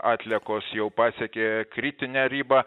atliekos jau pasiekė kritinę ribą